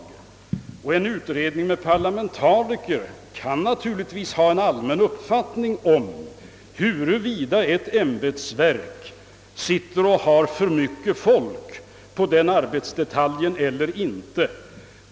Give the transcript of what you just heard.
Finns det parlamentariskt inslag i utredningen kan den naturligtvis ha en uppfattning om huruvida ett ämbetsverk har för mycket folk för den och den arbetsdetaljen eller inte.